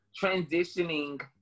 transitioning